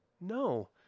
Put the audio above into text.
no